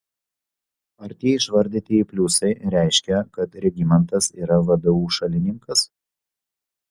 ar tie išvardytieji pliusai reiškia kad regimantas yra vdu šalininkas